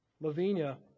Lavinia